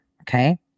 Okay